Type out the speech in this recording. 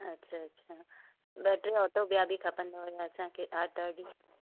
अच्छा अच्छा ॿ टे ऑटो ॿिया बि खपंदव असांखे आर्तवार ॾींहं